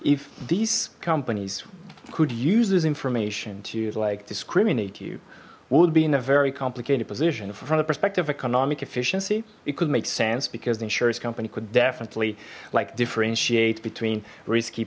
if these companies could use this information to like discriminate you would be in a very complicated position from the perspective of economic efficiency it could make sense because the insurance company could definitely like differentiate between risky